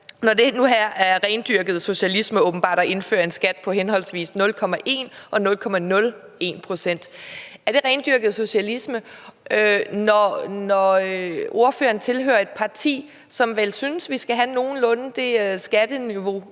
Når nu det åbenbart er rendyrket socialisme at indføre en skat på henholdsvis 0,1 og 0,01 pct., er det så rendyrket socialisme, når ordføreren tilhører et parti, som vel synes, vi skal have nogenlunde det skatteniveau